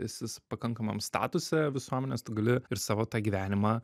esis pakankamam statuse visuomenės tu gali ir savo tą gyvenimą